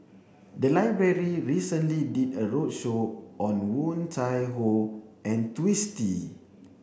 the library recently did a roadshow on Woon Tai Ho and Twisstii